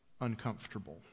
uncomfortable